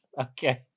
Okay